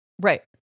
Right